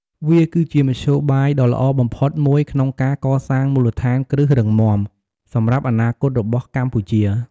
វាគឺជាមធ្យោបាយដ៏ល្អបំផុតមួយក្នុងការ កសាងមូលដ្ឋានគ្រឹះរឹងមាំ សម្រាប់អនាគតរបស់កម្ពុជា។